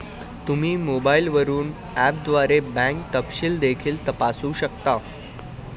तुम्ही मोबाईलवरून ऍपद्वारे बँक तपशील देखील तपासू शकता